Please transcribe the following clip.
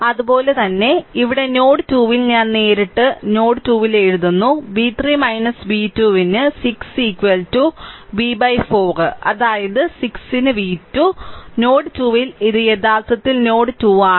അതുപോലെ തന്നെ ഇവിടെ നോഡ് 2 ൽ ഞാൻ നേരിട്ട് നോഡ് 2 ൽ എഴുതുന്നു v3 v2 ന് 6 v 4 അതായത് 6 ന് v2 അതായത് നോഡ് 2 ൽ ഇത് യഥാർത്ഥത്തിൽ നോഡ് 2 ആണ്